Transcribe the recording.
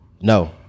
no